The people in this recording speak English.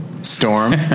storm